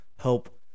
help